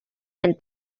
and